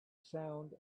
sound